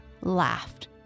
laughed